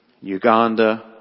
Uganda